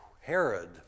Herod